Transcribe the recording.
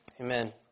Amen